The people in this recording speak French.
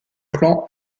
plan